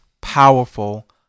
powerful